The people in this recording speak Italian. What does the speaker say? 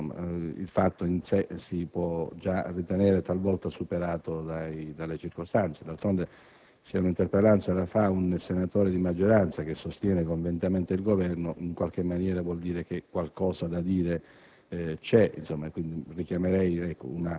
se le risposte arrivano dopo tanti mesi il fatto in sé si può già ritenere, talvolta, superato dalle circostanze. D'altronde, se l'interpellanza è svolta da un senatore di maggioranza, che sostiene convintamente il Governo, evidentemente qualcosa da dire